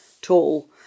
tall